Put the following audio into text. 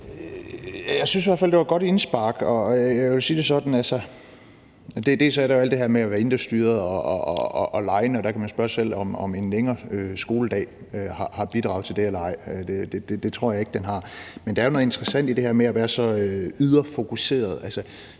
Jeg synes i hvert fald, det var et godt indspark. Der er alt det her med at være indrestyret og legende, og man kan spørge sig selv, om en længere skoledag har bidraget til det eller ej. Og det tror jeg ikke at den har. Men der er jo noget interessant i det her med at være så ydrefokuseret.